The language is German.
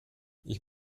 ich